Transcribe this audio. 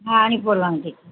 ஆ அனுப்பி விடுலாங் டீச்